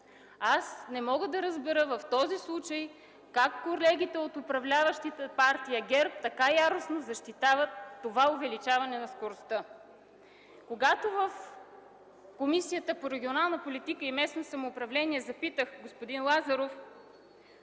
Не мога да разбера в този случай защо колегите от управляващата Партия ГЕРБ така яростно защитават увеличението на скоростта. Когато в Комисията по регионална политика и местно самоуправление попитах господин Лазаров